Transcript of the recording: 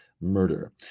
murder